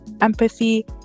empathy